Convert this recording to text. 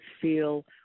feel